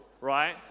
right